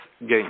gain